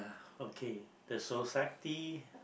okay the society